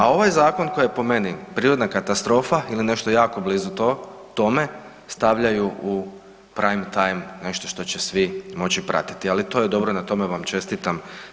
A ovaj zakon koji je po meni prirodna katastrofa ili nešto jako blizu tome stavljaju u prime time nešto što će svi moći pratiti, ali to je dobro, na tome vam čestitam.